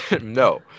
No